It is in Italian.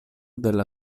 della